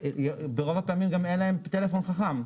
ברוב הפעמים גם אין להם טלפון חכם,